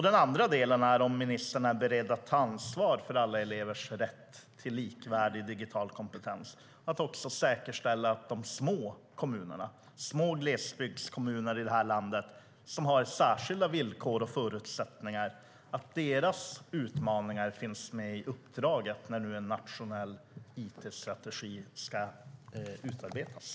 Den andra delen är om ministern är beredd att ta ansvar för alla elevers rätt till likvärdig digital kompetens och att säkerställa att också de små kommunerna, små glesbygdskommuner i landet som har särskilda villkor och förutsättningar, och deras utmaningar finns med i uppdraget när en nationell it-strategi nu ska utarbetas.